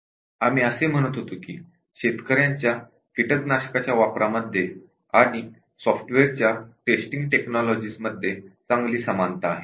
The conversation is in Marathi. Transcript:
आम्ही असे म्हणत होतो की शेतकरांच्या कीटकनाशकाच्या वापरामध्ये आणि सॉफ्टवेअरच्या टेस्टिंग टेक्नॉलॉजीज् मध्ये चांगली समानता आहे